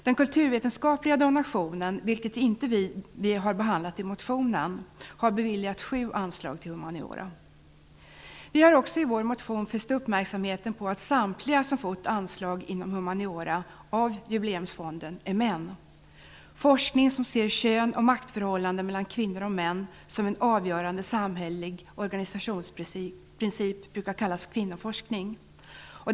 Den kulturvetenskapliga donationen, vilken vi inte har behandlat i motionen, har beviljat sju anslag till humaniora. Vi har också i vår motion fäst uppmärksamheten på att samtliga som fått anslag av jubileumsfonden inom humaniora är män. Forskning som ser kön och maktförhållanden mellan kvinnor och män som en avgörande samhällelig organisationsprincip brukar kallas kvinnoforskning.